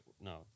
no